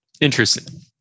Interesting